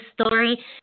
story